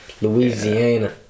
Louisiana